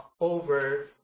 over